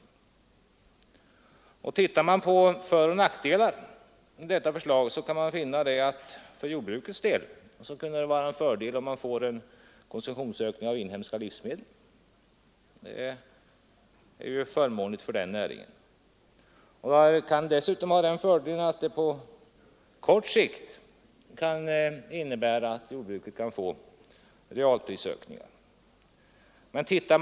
Ser vi på föroch nackdelar med förslaget finner vi att för jordbruket kunde det vara en fördel om det blir en ökad konsumtion av inhemska livsmedel. Det är ju förmånligt för den näringen. På kort sikt kan åtgärderna dessutom ha den fördelen att jordbruket får realprisökningar.